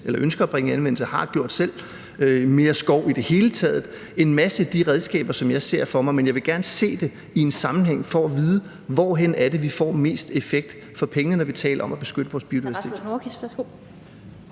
selv ønsker at bringe i anvendelse. Vi har et ønske om mere skov i det hele taget. Det er en masse af de redskaber, som jeg ser for mig, men jeg vil gerne se det i en sammenhæng for at vide, hvor det er, vi får mest effekt for pengene, når vi taler om at beskytte vores biodiversitet.